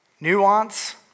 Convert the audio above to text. nuance